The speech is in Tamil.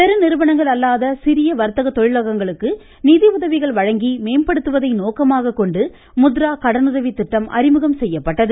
பெருநிறுவனங்கள் அல்லாத சிறிய வர்த்தக தொழிலகங்களுக்கு நிதியுதவிகள் வழங்கி மேம்படுத்துவதை நோக்கமாக கொண்டு முத்ரா கடனுதவி திட்டம் அறிமுகம் செய்யப்பட்டது